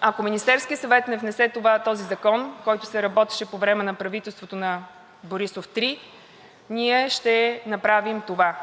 ако Министерският съвет не внесе този закон, който се работеше по време на правителството на Борисов 3, ние ще направим това.